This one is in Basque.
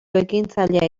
ekintzailea